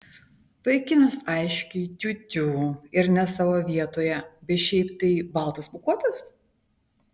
vaikinas aiškiai tiū tiū ir ne savo vietoje bet šiaip tai baltas pūkuotas